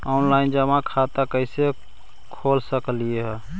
Online जमा खाता कैसे खोल सक हिय?